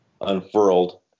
unfurled